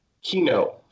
Keynote